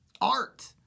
Art